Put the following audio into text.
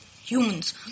humans